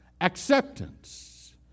Acceptance